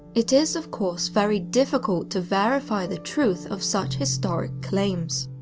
it is of course very difficult to verify the truth of such historic claims.